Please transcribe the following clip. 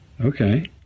okay